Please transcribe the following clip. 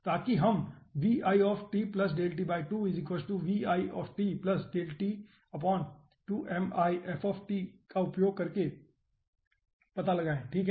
ताकि हम का उपयोग करके पता लगाएं ठीक है